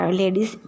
ladies